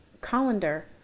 colander